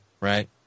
right